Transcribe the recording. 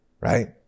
right